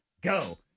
Go